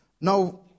Now